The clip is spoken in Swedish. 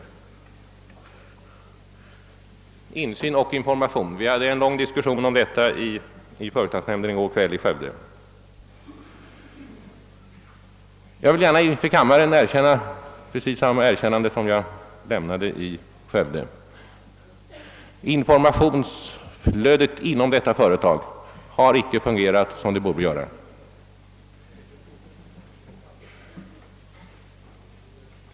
Om insyn och information hade vi en lång diskussion i går kväll inom företagsnämnden i Skövde. Jag vill gärna inför kammaren göra precis samma erkännande som jag gjorde i Skövde: Informationsflödet inom detta företag har icke fungerat som det borde göra.